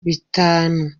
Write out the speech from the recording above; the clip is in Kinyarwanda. bitanu